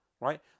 right